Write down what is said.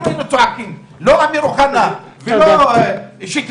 אנחנו היינו צועקים, לא אמיר אוחנה ולא שיקלי.